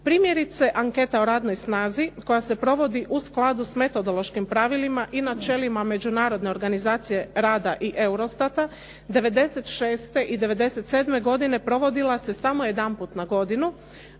Primjerice anketa o radnoj snazi koja se provodi u skladu sa metodološkim pravilima i načelima Međunarodne organizacije rada i Eurostata. '96. i 97. godine provodila se samo jedanput na godinu,